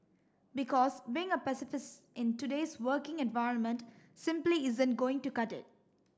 because being a pacifist in today's working environment simply isn't going to cut it